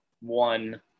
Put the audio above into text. one